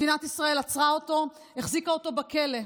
מדינת ישראל עצרה אותו, החזיקה אותו בכלא.